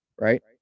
right